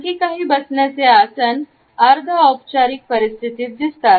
आणखी काही बसण्याचे आसन अर्धा औपचारीक परिस्थितीत दिसतात